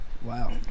Wow